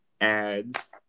ads